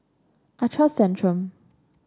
I trust Centrum